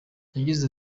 yagize